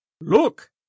look